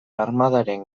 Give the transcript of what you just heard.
armadaren